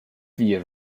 wir